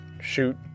shoot